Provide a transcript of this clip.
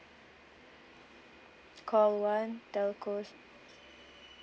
call one telcos